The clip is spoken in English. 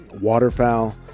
waterfowl